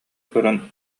көрөн